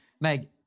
Meg